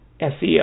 SEO